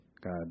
God